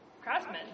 Craftsman